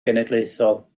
genedlaethol